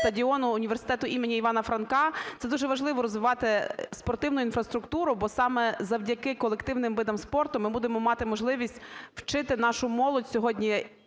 стадіону університету імені Івана Франка. Це дуже важливо розвивати спортивну інфраструктуру, бо саме завдяки колективним видам спорту ми будемо мати можливість вчити нашу молодь сьогодні